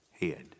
head